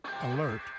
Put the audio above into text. Alert